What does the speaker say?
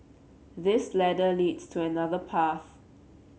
this ladder leads to another path